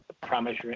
promise